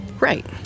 Right